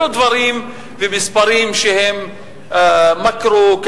אלו דברים במספרים שהם מקרו-כלכליים.